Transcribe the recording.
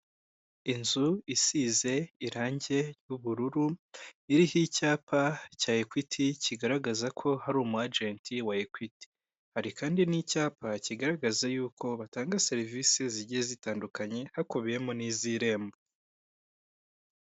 Inzu isize irange ry'ubururu, iriho icyapa cya Equity kigaragaza ko hari umu ajenti wa Equity. Hari kandi n'icyapa kigaragaza yuko batanga serivisi zigiye zitandukanye, hakubiyemo n'iz'irembo.